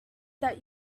that